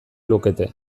lukete